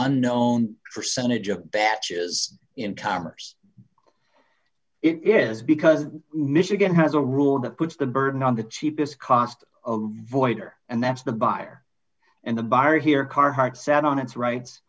unknown percentage of batches incomers it is because michigan has a rule that puts the burden on the cheapest cost voigt are and that's the buyer and the bar here carhart sat on its rights